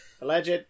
Alleged